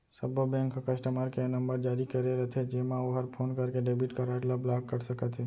सब्बो बेंक ह customer care number जारी करे रथे जेमा ओहर फोन करके डेबिट कारड ल ब्लाक कर सकत हे